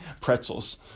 pretzels